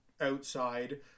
outside